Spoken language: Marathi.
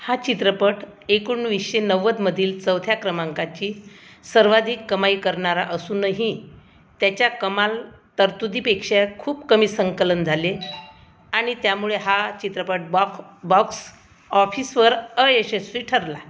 हा चित्रपट एकोणीसशे नव्वदमधील चौथ्या क्रमांकाची सर्वाधिक कमाई करणारा असूनही त्याच्या कमाल तरतुदीपेक्षा खूप कमी संकलन झाले आणि त्यामुळे हा चित्रपट बॉक बॉक्स ऑफिसवर अयशस्वी ठरला